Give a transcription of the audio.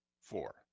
four